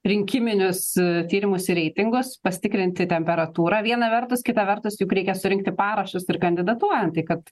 rinkiminius tyrimus ir reitingus pasitikrinti temperatūrą viena vertus kita vertus juk reikia surinkti parašus ir kandidatuojanti kad